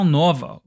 nova